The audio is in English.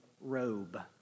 robe